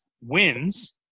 wins